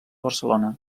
barcelona